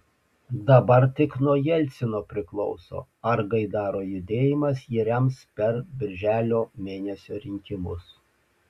dabar tik nuo jelcino priklauso ar gaidaro judėjimas jį rems per birželio mėnesio rinkimus